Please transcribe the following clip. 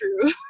true